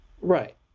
Right